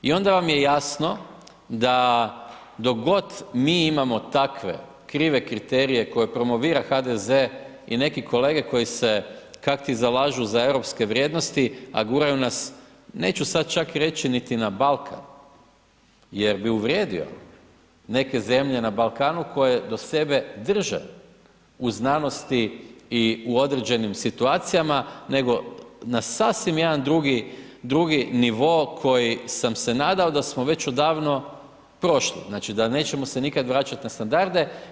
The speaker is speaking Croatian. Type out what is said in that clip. I onda vam je jasno da dok god mi imamo takve krive kriterije koje promovira HDZ i neki kolege koji se kakti zalažu za europske vrijednosti, a guraju nas neću sad čak reći niti na Balkan, jer bi uvrijedio neke zemlje na Balkanu koje do sebe drže u znanosti i u određenim situacijama, nego na sasvim jedan drugi, drugi nivo koji sam se nadao da smo već odavno prošli, znači da nećemo se nikad vraćat na standarde.